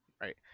right